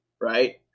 right